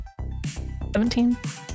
17